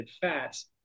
fats